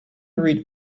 read